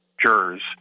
jurors